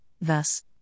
thus